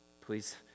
Please